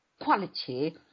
quality